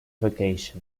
vacation